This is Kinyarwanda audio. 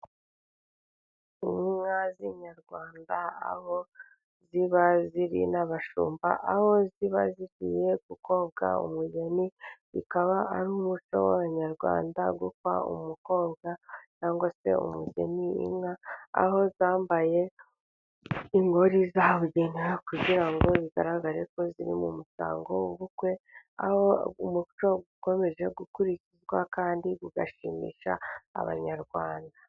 Inka z'inyarwanda aho ziba ziri n'abashumba, aho ziba zigiye gukobwa umugeni bikaba ari umuco w'abanyarwanda gukwa umukobwa cyangwa se umugeni yambaye urugori rwabugenewe kugira ngo bigaragare ko ziri mu muhango w'ubukwe, aho umuco ukomeje gukurikizwa kandi ugashimisha abanyarwanda.